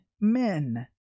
men